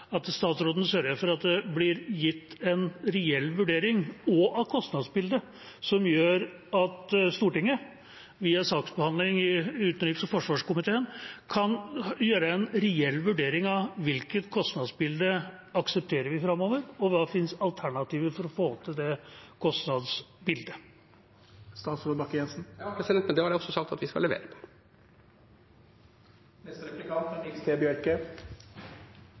at statsråden sørger for at det blir gjort en reell vurdering av kostnadsbildet også, som gjør at Stortinget, via saksbehandling i utenriks- og forsvarskomiteen, kan gjøre en reell vurdering av hvilket kostnadsbilde vi aksepterer framover, og hva som finnes av alternativer for å få til det kostnadsbildet. Ja, og det har jeg sagt at vi skal levere.